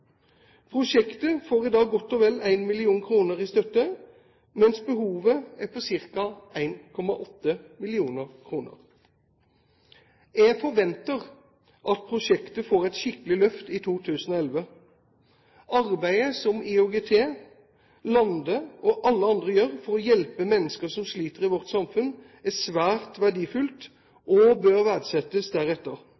Prosjektet får i dag godt og vel 1 mill. kr i støtte, mens behovet er på ca. 1,8 mill. kr. Jeg forventer at prosjektet får et skikkelig løft i 2011. Arbeidet som IOGT, Lande og alle andre gjør for å hjelpe mennesker som sliter i vårt samfunn, er svært verdifullt,